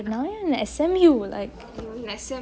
now you're in S_M_U like